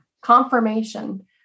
confirmation